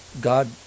god